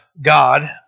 God